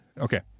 Okay